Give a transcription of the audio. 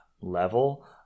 level